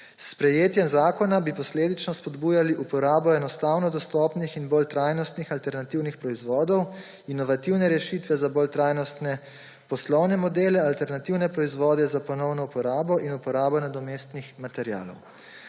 S sprejetjem zakona bi posledično spodbujali uporabo enostavno dostopnih in bolj trajnostnih alternativnih proizvodov, inovativne rešitve za bolj trajnostne poslovne modele, alternativne proizvode za ponovno uporabo in uporabo nadomestnih materialov.